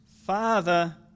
father